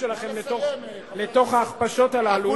ההצטרפות שלכם לתוך ההכפשות האלה.